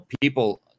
people